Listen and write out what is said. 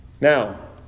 Now